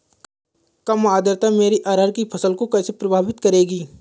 कम आर्द्रता मेरी अरहर की फसल को कैसे प्रभावित करेगी?